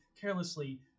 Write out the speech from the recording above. carelessly